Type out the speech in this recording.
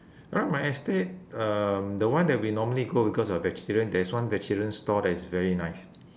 around my estate um the one that we normally go because we're vegetarian there is one vegetarian stall that is very nice